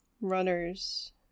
runners